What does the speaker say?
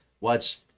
watch